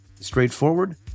straightforward